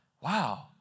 wow